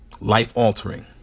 life-altering